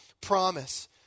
promise